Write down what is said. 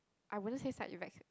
I wouldn't say side effects